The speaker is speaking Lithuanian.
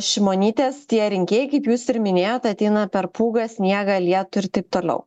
šimonytės tie rinkėjai kaip jūs ir minėjot ateina per pūgą sniegą lietų ir taip toliau